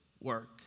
work